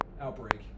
Outbreak